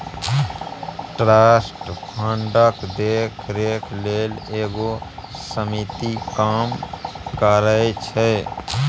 trust फंडक देखरेख लेल एगो समिति काम करइ छै